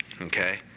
okay